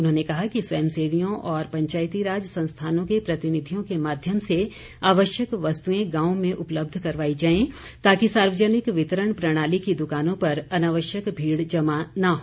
उन्होंने कहा कि स्वयंसेवियों और पंचायती राज संस्थानों के प्रतिनिधियों के माध्यम से आवश्यक वस्तुएं गांव में उपलब्ध करवाई जाएं ताकि सार्वजनिक वितरण प्रणाली की द्कानों पर अनावश्यक भीड़ जमा न हो